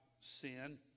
sin